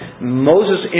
Moses